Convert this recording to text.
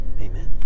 Amen